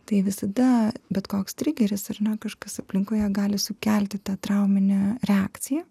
tai visada bet koks trigeris ar ne kažkas aplinkoje gali sukelti tą trauminę reakciją